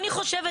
אני חושבת,